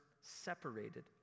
separated